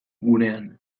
gunean